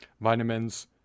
vitamins